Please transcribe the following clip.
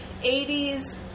80s